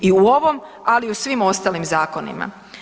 I u ovom, ali i u svim ostalim zakonima.